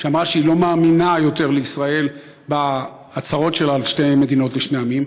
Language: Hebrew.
שאמרה שהיא לא מאמינה יותר לישראל בהצהרות שלה על שתי מדינות לשני עמים,